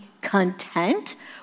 content